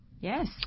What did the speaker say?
yes